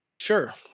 Sure